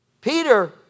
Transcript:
Peter